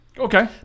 Okay